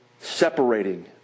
separating